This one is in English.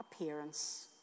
appearance